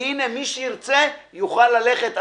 והנה מי שירצה יוכל ללכת לגמילה.